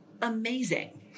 amazing